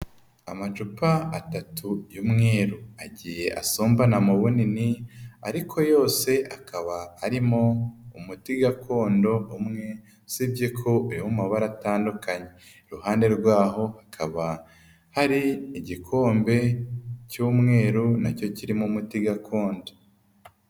Amacupa atatu y'umweru agiye asumbana mu bunini ariko yose akaba arimo umuti gakondo umwe, usibye ko uri mu mabara atandukanye, iruhande rwaho hakaba hari igikombe cy'umweru nacyo kirimo umuti gakondo.